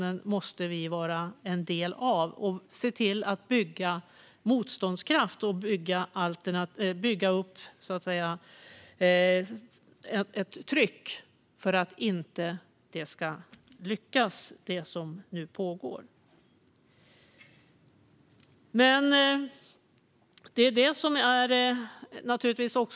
Vi måste vara en del av diskussionen, och vi måste bygga motståndskraft och utöva tryck för att det som nu pågår inte ska lyckas.